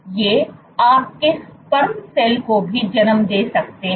ये आपके sperm cell को भी जन्म दे सकते हैं